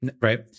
right